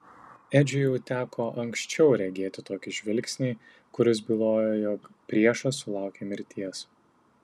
edžiui jau teko anksčiau regėti tokį žvilgsnį kuris bylojo jog priešas sulaukė mirties